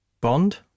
Bond